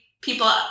People